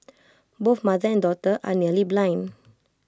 both mother and daughter are nearly blind